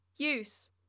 Use